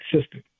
system